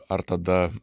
ar tada